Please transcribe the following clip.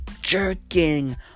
jerking